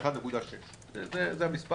1.6%. זה המס',